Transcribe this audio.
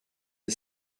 the